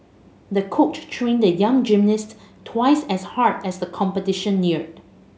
the coach trained the young gymnast twice as hard as the competition neared